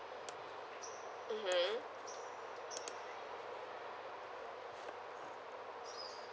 mmhmm